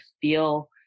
feel